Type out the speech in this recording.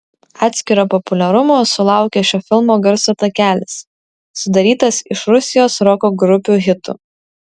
atskiro populiarumo sulaukė šio filmo garso takelis sudarytas iš rusijos roko grupių hitų